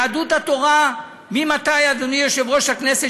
אדוני היושב-ראש,